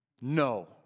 No